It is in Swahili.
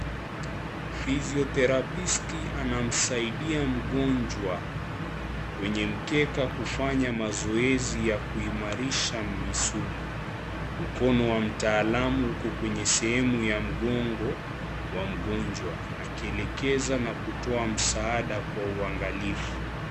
Physiotherapisti anamsaidia mgonjwa kwenye mkeka kufanya mazoezi ya kuimarisha misuli. Mkono wa mtaalamu uko kwenye sehemu ya mgongo wa mgonjwa akielekeza na kutoa msaada kwa uangalifu.